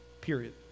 period